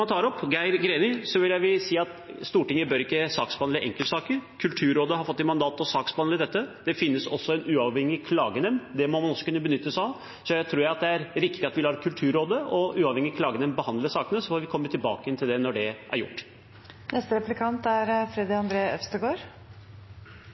tar opp, om Geir Greni, vil jeg si at Stortinget ikke bør saksbehandle enkeltsaker. Kulturrådet har fått i mandat å saksbehandle dette. Det finnes også en uavhengig klagenemnd. Det må man også kunne benytte seg av. Jeg tror det er riktig at vi lar Kulturrådet og en uavhengig klagenemnd behandle sakene, og så får vi komme tilbake til det når det er